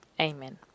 Amen